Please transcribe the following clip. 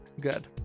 good